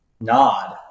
nod